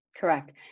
Correct